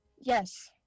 Yes